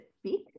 speak